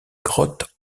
grotte